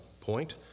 point